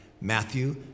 Matthew